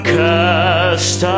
cast